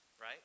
right